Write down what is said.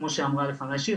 כמו שאמרה לפני שירה,